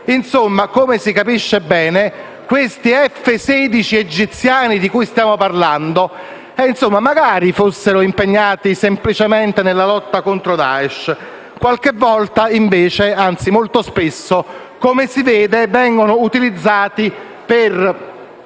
zona del mondo. Magari questi F-16 egiziani di cui stiamo parlando fossero impegnati semplicemente nella lotta contro Daesh. Qualche volta invece, anzi molto spesso, come si vede, vengono utilizzati per